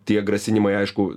tie grasinimai aišku